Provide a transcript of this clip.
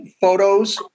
photos